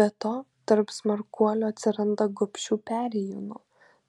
be to tarp smarkuolių atsiranda gobšių perėjūnų